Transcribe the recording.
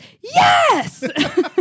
yes